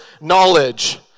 knowledge